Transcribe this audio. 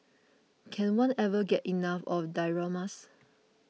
can one ever get enough of dioramas